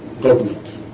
government